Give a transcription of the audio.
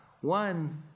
one